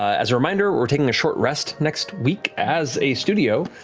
as a reminder, we're taking a short rest next week as a studio.